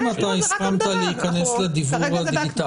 אם הסכמת להיכנס לדיוור הדיגיטלי.